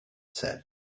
said